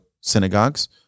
synagogues